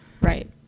Right